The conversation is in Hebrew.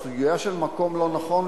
הסוגיה של מקום לא נכון,